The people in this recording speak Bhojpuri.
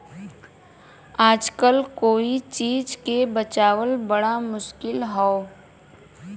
आजकल कोई चीज के बचावल बड़ा मुश्किल हौ